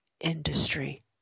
industry